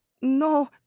No